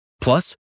Plus